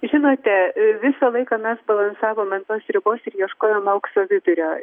žinote visą laiką mes balansavome ant tos ribos ir ieškojome aukso vidurio